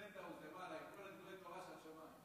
פנטהאוז למעלה, עם כל דברי התורה שאת שומעת.